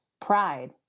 pride